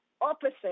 opposite